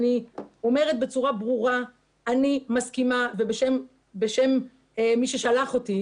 אני אומרת בצורה ברורה שאני מסכימה ובשם מי ששלח אותי